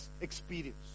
experience